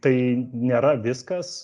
tai nėra viskas